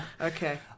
Okay